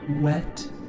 wet